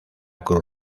cruz